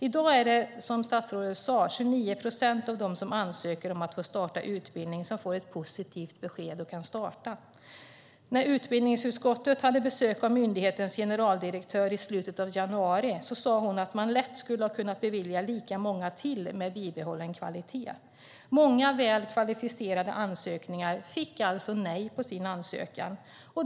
I dag får som statsrådet sade 29 procent av dem som ansöker om att få starta utbildning ett positivt besked. När utbildningsutskottet hade besök av myndighetens generaldirektör i slutet av januari sade hon att man lätt skulle ha kunnat bevilja lika många till med bibehållen kvalitet. Många väl kvalificerade ansökningar fick alltså nej.